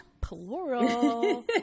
plural